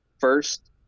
first